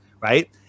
right